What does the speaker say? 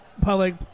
public